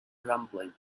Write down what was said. rumbling